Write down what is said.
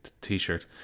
t-shirt